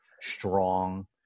strong